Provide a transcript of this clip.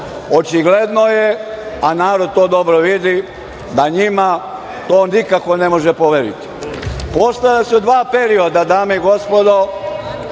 poveriti. Očigledno je, a narod to dobro vidi, da njima to nikako ne može da poverite. Postojala su dva perioda, dame i gospodo,